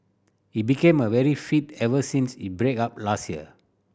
he became a very fit ever since he break up last year